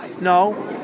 No